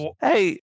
Hey